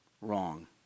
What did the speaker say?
Wrong